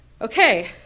okay